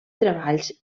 treballs